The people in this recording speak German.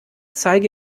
zeige